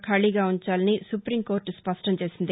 ఖాళీగా ఉంచాలని supreme court స్పష్టం చేసింది